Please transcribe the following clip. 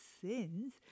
sins